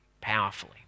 powerfully